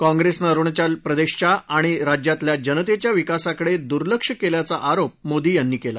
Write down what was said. काँग्रेसनं अरुणाचल प्रदेशच्या आणि राज्यातल्या जनतेच्या विकासाकडे दुर्लक्ष केल्याचा आरोप मोदी यांनी केला